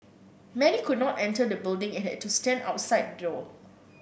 many could not enter the building and had to stand outside the door